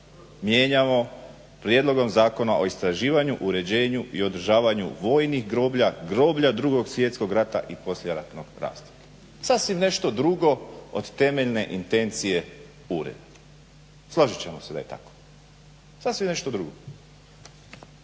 mijenjamo Prijedlogom zakona o istraživanju, uređenju i održavanju vojnih groblja, groblja Drugog svjetskog rata i poslijeratnog razdoblja. Sasvim nešto drugo od temeljne intencije …, složit ćemo se da je tako. Sasvim nešto drugo.